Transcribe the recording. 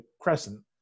crescent